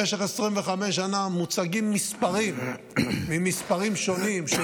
במשך 25 שנה מוצגים מספרים ממספרים שונים של